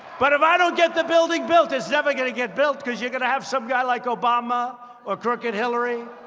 but if i don't get the building built, it's never going to get built because you're going to have some guy like obama or crooked hillary.